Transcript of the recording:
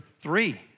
three